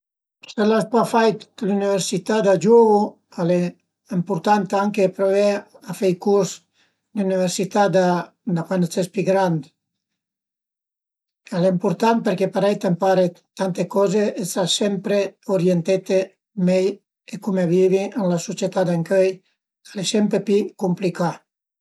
Se l'as pa fait l'üniversità da giuvu al e ëmpurtant anche pruvé a fe dë l'üniversità da cuand ses pi grand. Al e ëmpurtant perché parei t'ëmpare tante coze e sas sempre urientete mei e cume vivi ën la sucietà d'ëncöi, al e sempre pi cumplicà